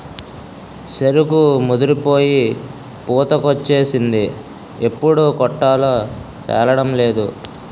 సెరుకు ముదిరిపోయి పూతకొచ్చేసింది ఎప్పుడు కొట్టాలో తేలడంలేదు